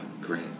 Great